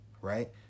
right